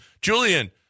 Julian